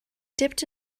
dipped